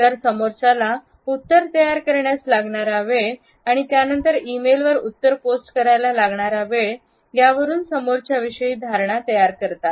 तर समोरच्याला उत्तर तयार करण्यास लागणारा वेळ आणि त्यानंतर ई मेलवर उत्तर पोस्ट करायला लागणारा वेळ वेळ यावरून समोरच्या विषयी धारणा तयार करतात